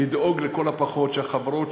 לדאוג לכל הפחות שהחברות,